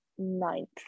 Ninth